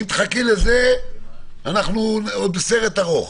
אם תחכי לזה, אנחנו בסרט ארוך.